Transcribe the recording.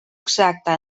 exacta